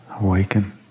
Awaken